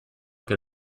que